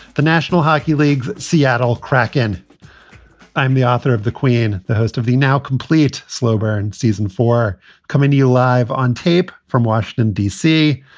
the national hockey league, seattle crack. and i'm the author of the queen the host of the now complete slow burn season for coming to you live on tape from washington, d c.